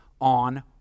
on